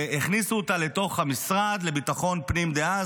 והכניסו אותה לתוך המשרד לביטחון פנים דאז,